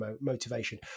motivation